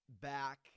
back